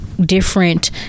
Different